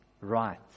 right